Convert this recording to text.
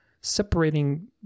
separating